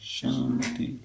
Shanti